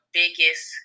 biggest